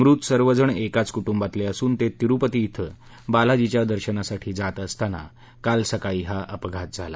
मृत सर्वजण एकाच कुटुंबातले असून ते तिरुपती इथं बालाजीच्या दर्शनासाठी जात असताना काल सकाळी हा अपघात झाला